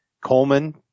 Coleman